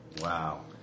Wow